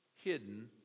hidden